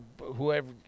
Whoever